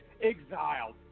exiled